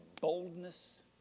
boldness